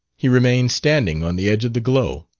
he remained standing on the edge of the glow.